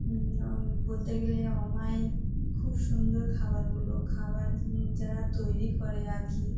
বলতে গেলে অমায়িক খুব সুন্দর খাবারগুলো খাবার যারা তৈরি করে আর কি